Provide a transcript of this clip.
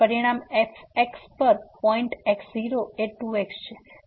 હવે પરિણામ fx પર પોઈન્ટ x 0 એ 2x છે